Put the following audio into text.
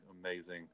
amazing